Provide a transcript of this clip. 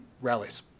Rallies